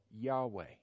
Yahweh